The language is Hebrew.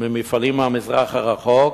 ממפעלים מהמזרח הרחוק,